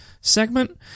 segment